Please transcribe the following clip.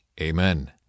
Amen